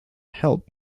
help